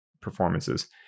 performances